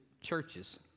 churches